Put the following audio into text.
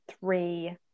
three